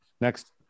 next